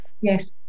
Yes